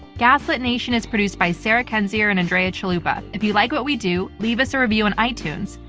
gaslit nation is produced by sarah kendzior and andrea chalupa. if you like what we do leave us a review on itunes.